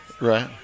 Right